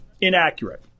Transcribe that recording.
inaccurate